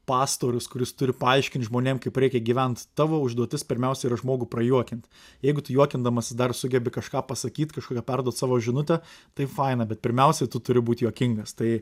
pastorius kuris turi paaiškint žmonėm kaip reikia gyvent tavo užduotis pirmiausiai yra žmogų prajuokint jeigu tu juokindamas dar sugebi kažką pasakyt kažkokią perduot savo žinutę tai faina bet pirmiausia tu turi būt juokingas tai